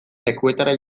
lekuetara